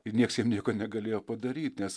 ir nieks jiem nieko negalėjo padaryt nes